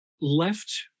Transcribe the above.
left